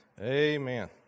Amen